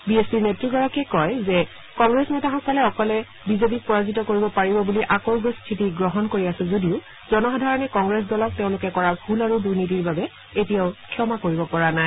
B এছ পিৰ নেত্ৰীগৰাকীয়ে কয় যে কংগ্ৰেছ নেতাসকলে অকলে বিজেপিক পৰাজিত কৰিব পাৰিব বুলি আকোৰগোজ স্থিতি গ্ৰহণ কৰি আছে যদিও জনসাধাৰণে কংগ্ৰেছ দলক তেওঁলোকে কৰা ভুল আৰু দুনীতিৰ বাবে এতিয়াও ক্ষমা কৰিব পৰা নাই